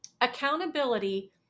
accountability